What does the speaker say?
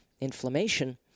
inflammation